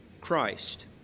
Christ